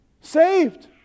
saved